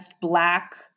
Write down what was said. black